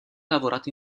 lavorato